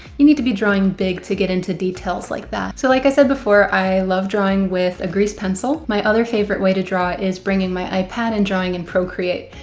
you need to be drawing big to get into details like that. so like i said before i love drawing with a grease pencil. my other favorite way to draw is bringing my ipad and drawing in procreate.